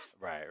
Right